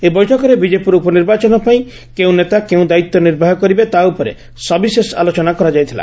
ଏହି ବୈଠକରେ ବିଜେପୁର ଉପନିର୍ବାଚନ ପାଇଁ କେଉଁ ନେତା କେଉଁ ଦାୟିତ୍ୱ ନିର୍ବାହ କରିବେ ତା' ଉପରେ ସବିଶେଷ ଆଲୋଚନା କରାଯାଇଥିଲା